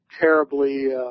terribly